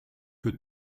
que